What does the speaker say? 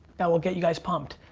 that will get you guys pumped.